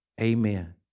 Amen